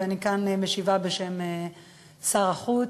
ואני כאן משיבה בשם שר החוץ,